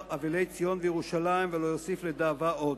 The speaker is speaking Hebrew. אבלי ציון וירושלים ולא יוסיף לדאבה עוד.